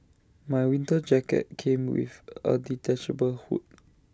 my winter jacket came with A detachable hood